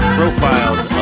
profiles